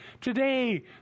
today